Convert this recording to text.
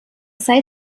sei